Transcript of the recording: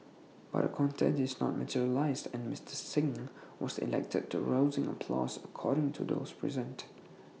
but A contest did not materialise and Mister Singh was elected to rousing applause according to those present